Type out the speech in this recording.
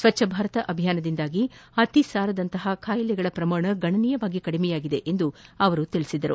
ಸ್ವಚ್ಛಭಾರತ ಅಭಿಯಾನದಿಂದಾಗಿ ಅತಿಸಾರದಂತಹ ಖಾಯಿಲೆಗಳ ಪ್ರಮಾಣ ಗಣನೀಯವಾಗಿ ಕಡಿಮೆಯಾಗಿದೆ ಎಂದು ಅವರು ಹೇಳಿದರು